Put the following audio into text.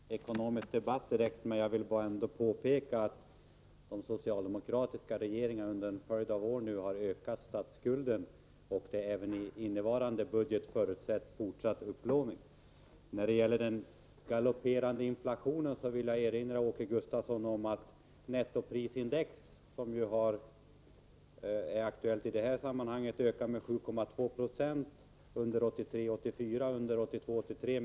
Fru talman! Vi skall väl inte föra en ekonomisk debatt, men jag vill ändå påpeka att de socialdemokratiska regeringarna under en följd av år har ökat statsskulden. Även i den nu aktuella budgeten förutsätts fortsatt upplåning. När det gäller den galopperande inflationen vill jag erinra Åke Gustavsson om att nettoprisindex — som ju är aktuellt i det här sammanhanget — under 1983 83 med 5 96.